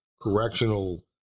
correctional